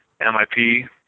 MIP